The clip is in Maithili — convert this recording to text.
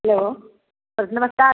हेलो सर नमस्कार